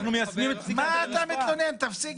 היינו צריכים כמובן להביא חקיקה ממשלתית וכמתבקש,